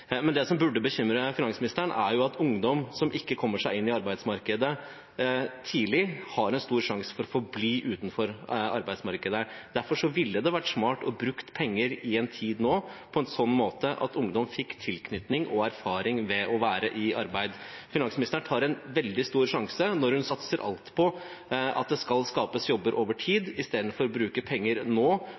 Men det som burde bekymre finansministeren, er at ungdom som ikke kommer seg inn i arbeidsmarkedet tidlig, har en stor sjanse for å forbli utenfor arbeidsmarkedet. Derfor ville det vært smart å bruke penger i en tid nå på en slik måte at ungdom fikk tilknytning og erfaring ved å være i arbeid. Finansministeren tar en veldig stor sjanse når hun satser alt på at det skal skapes jobber over tid, istedenfor nå å bruke penger